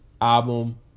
album